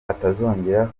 atazongera